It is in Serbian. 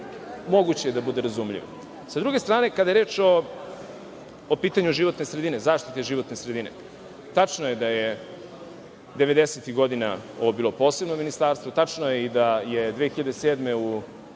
moguće da bude razumljivo.S druge strane, kada je u pitanju životna sredina i zaštita životne sredine, tačno je da je 90-ih godina ovo bilo posebno ministarstvo, tačno je i da je 2007.